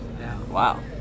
Wow